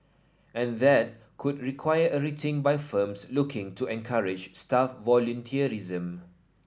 and that could require a rethink by firms looking to encourage staff volunteerism